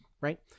right